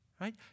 Right